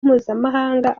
mpuzamahanga